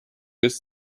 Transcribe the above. with